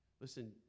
Listen